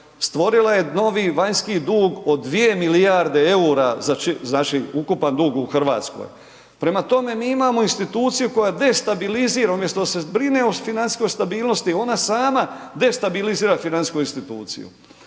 stvorila je novi vanjski dug od 2 milijarde eura, znači ukupan dug u Hrvatskoj. Prema tome, mi imamo instituciju koja destabilizira, umjesto da se brine o financijskoj stabilnosti, ona sama destabilizira financijsku instituciju.